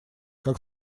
как